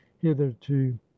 hitherto